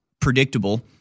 predictable